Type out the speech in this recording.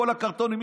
כל הקרטונים,